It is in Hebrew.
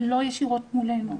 לא ישירות מולנו.